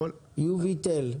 יוביטל.